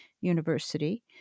University